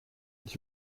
ich